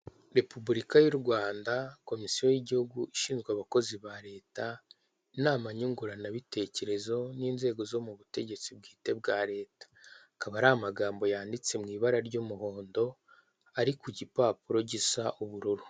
Repubulika y'urwanda kimisiyo y'igihugu ishinzwe abakozi ba leta inama nyunguranabitekerezo, n'inzego zo mu butegetsi bwite bwa leta.